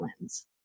lens